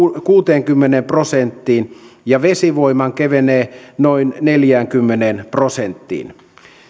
kuuteenkymmeneen prosenttiin ja vesivoiman kevenee noin neljäänkymmeneen prosenttiin